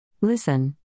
Listen